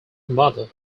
mother